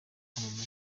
kwamagana